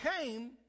came